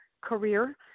career